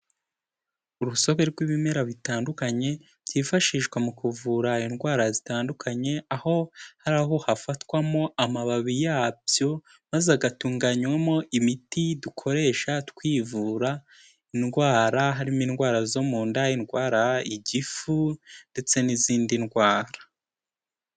Urusobe rw'ibimera bitandukanye byifashishwa mu kuvura indwara zitandukanye aho hari aho hafatwamo amababi yabyo maze agatunganywamo imiti dukoresha twivura indwara harimo indwara zo mu nda, indwara, igifu, ndetse n'izindi ndwara.